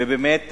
ובאמת,